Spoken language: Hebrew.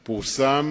את הפערים.